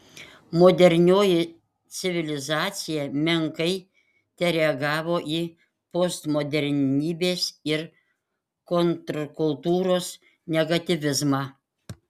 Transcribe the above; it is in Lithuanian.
modernioji civilizacija menkai tereagavo į postmodernybės ir kontrkultūros negatyvizmą